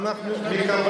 ואנחנו,